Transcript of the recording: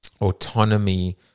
autonomy